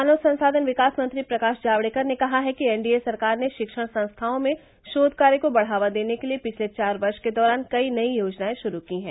मानव संसाधन विकास मंत्री प्रकाश जावड़ेकर ने कहा है कि एन डी ए सरकार ने शिक्षण संस्थाओं में शोध कार्य को बढ़ावा देने के लिए पिछले चार वर्ष के दौरान कई नई योजनाएं शुरू की हैं